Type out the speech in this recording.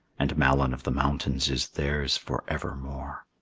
and malyn of the mountains is theirs for evermore.